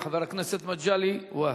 חבר הכנסת מגלי והבה,